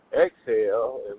exhale